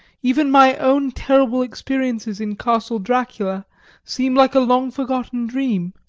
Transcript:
even my own terrible experiences in castle dracula seem like a long-forgotten dream.